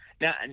Now